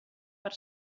per